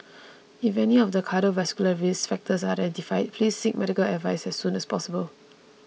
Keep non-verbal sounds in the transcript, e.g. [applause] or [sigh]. [noise] if any of the cardiovascular risk factors are identified please seek medical advice as soon as possible